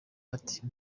ati